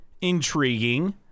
intriguing